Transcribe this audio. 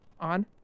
on